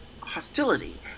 hostility